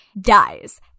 dies